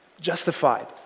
justified